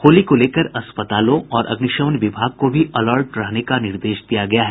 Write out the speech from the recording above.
होली को लेकर अस्पतालों और अग्निशमन विभाग को भी अलर्ट रहने का निर्देश दिया गया है